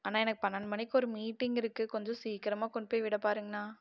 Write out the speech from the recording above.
அண்ணா எனக்கு பன்னெண்டு மணிக்கு ஒரு மீட்டிங் இருக்குது கொஞ்சம் சீக்கிரமா கொண்டு போய் விட பாருங்கண்ணா